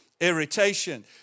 irritation